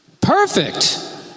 Perfect